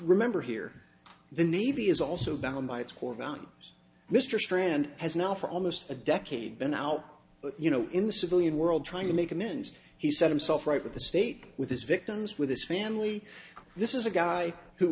remember here the navy is also bound by its core values mr strand has now for almost a decade been out you know in the civilian world trying to make amends he set himself right with the state with his victims with his family this is a guy who